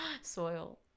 Soil